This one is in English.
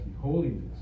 Holiness